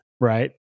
Right